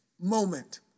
moment